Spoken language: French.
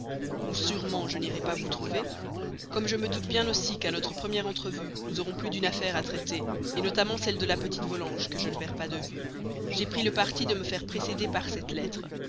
où sûrement je n'irai pas vous trouver comme je me doute bien aussi qu'à notre première entrevue nous aurons plus d'une affaire à traiter notamment celle de la petite volanges que je ne perds pas de vue j'ai pris le parti de me faire précéder par cette lettre